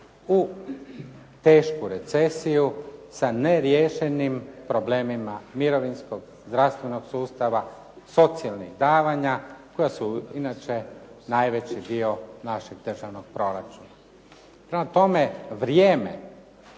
u tešku recesiju sa ne riješenim problemima mirovinskog, zdravstvenog sustava, socijalnih davanja koji su inače najveći dio našeg državnog proračuna. Prema tome, vrijeme